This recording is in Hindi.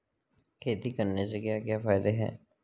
खेती करने से क्या क्या फायदे हैं?